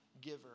giver